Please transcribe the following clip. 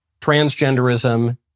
transgenderism